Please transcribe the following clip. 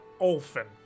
olfin